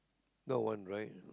third one right